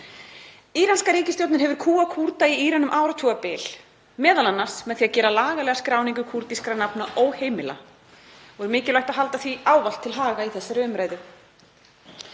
Íranska ríkisstjórnin hefur kúgað Kúrda í Íran um áratugabil, m.a. með því að gera lagalega skráningu kúrdískra nafna óheimila og er mikilvægt að halda því ávallt til haga í þessari umræðu.